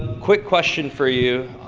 quick question for you.